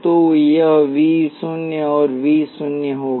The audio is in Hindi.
तो यह वी शून्य है यह वी शून्य होगा